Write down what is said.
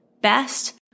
best